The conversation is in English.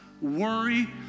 worry